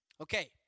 Okay